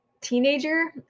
teenager